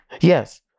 Yes